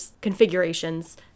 configurations